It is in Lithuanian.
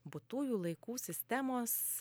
būtųjų laikų sistemos